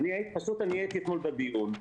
אני הייתי בדיון הזה.